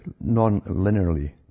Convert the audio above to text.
non-linearly